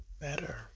better